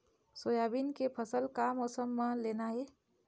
Soybean के फसल का मौसम म लेना ये?